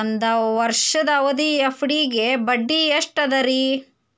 ಒಂದ್ ವರ್ಷದ ಅವಧಿಯ ಎಫ್.ಡಿ ಗೆ ಬಡ್ಡಿ ಎಷ್ಟ ಅದ ರೇ?